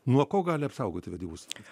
nuo ko gali apsaugoti vedybų sutartis